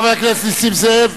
חבר הכנסת נסים זאב.